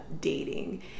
dating